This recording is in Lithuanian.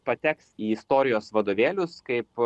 pateks į istorijos vadovėlius kaip